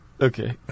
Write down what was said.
Okay